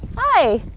hi,